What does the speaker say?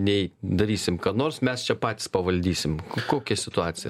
nei darysim nors mes čia patys pavaldysim kokia situacija